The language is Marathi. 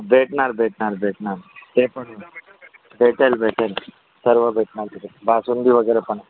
भेटणार भेटणार भेटणार ते पण भेटेल भेटेल सर्व भेटणार तिथे बासुंदी वगैरे पण